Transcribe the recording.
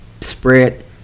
spread